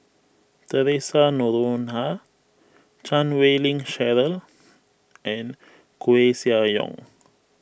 theresa Noronha Chan Wei Ling Cheryl and Koeh Sia Yong